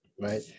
right